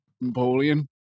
Napoleon